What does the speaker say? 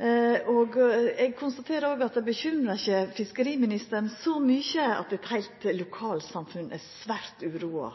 Eg konstaterer òg at det ikkje bekymrar fiskeriministeren så mykje at mange lokalsamfunn er svært uroa.